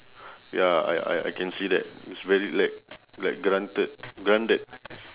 ya I I I can see that it's very like like granted grounded